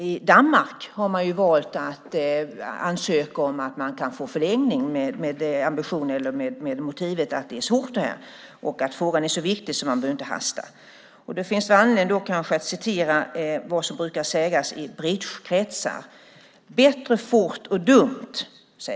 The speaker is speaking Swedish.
I Danmark har man valt att ansöka om att få förlängning med motivet att det här är svårt och att frågan är så viktig att man inte bör hasta. Det finns kanske anledning att då citera vad som brukar sägas i bridgekretsar: "Bättre fort och dumt än bara dumt." Men det gäller inte i politiken. Snarare gäller precis tvärtom här.